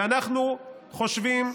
ואנחנו חושבים